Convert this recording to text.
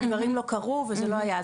הדברים לא קרו וזה לא היה,